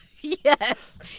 Yes